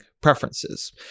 preferences